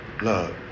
love